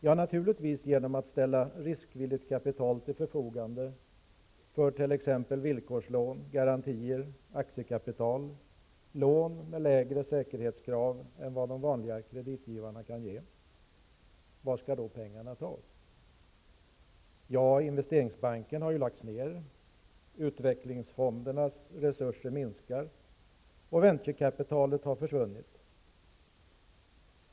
Jo, naturligtvis genom att ställa riskvilligt kapital till förfogande för t.ex. villkorslån, garantier, aktiekapital och lån med lägre säkerhetskrav än vad de vanliga kreditgivarna kan ge. Var skall då pengarna tas? Ja, Investeringsbanken har ju lagts ner, utvecklingsfondernas resurer minskar och venturekapitalet har försvunnit.